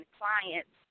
clients